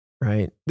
right